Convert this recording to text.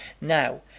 Now